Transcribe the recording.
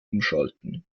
umschalten